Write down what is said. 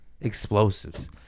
explosives